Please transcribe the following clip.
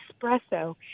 Espresso